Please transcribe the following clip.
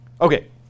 Okay